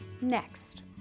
next